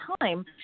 time